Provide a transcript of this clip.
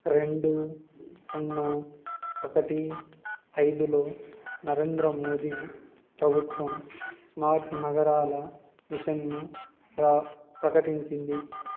రెండు సున్నా ఒకటి ఐదులో నరేంద్ర మోదీ ప్రభుత్వం స్మార్ట్ నగరాల మిషన్ను ప్ర ప్రకటించింది